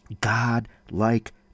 God-like